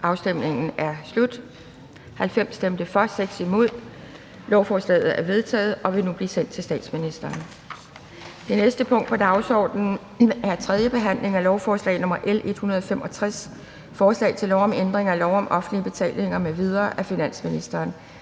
hverken for eller imod stemte 0. Lovforslaget er vedtaget og vil nu blive sendt til statsministeren. --- Det næste punkt på dagsordenen er: 18) 3. behandling af lovforslag nr. L 140: Forslag til lov om ændring af lov om offentlighed i forvaltningen.